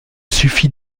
suffit